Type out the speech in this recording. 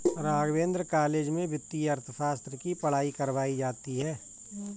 Raghavendra college में वित्तीय अर्थशास्त्र की पढ़ाई करवायी जाती है